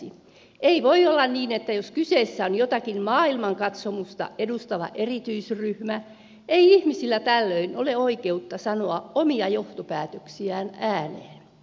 ei voi olla niin että jos kyseessä on jotakin maailmankatsomusta edustava erityisryhmä ei ihmisillä tällöin ole oikeutta sanoa omia johtopäätöksiään ääneen